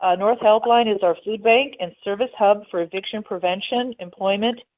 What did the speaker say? ah north helpline is our food bank and service hub for eviction prevention, employment,